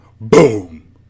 Boom